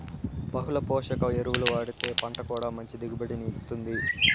బహుళ పోషక ఎరువులు వాడితే పంట కూడా మంచి దిగుబడిని ఇత్తుంది